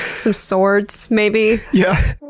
so swords, maybe. yeah.